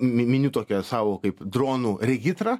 mi miniu tokią savo kaip dronų regitrą